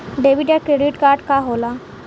Debit या credit card का होला?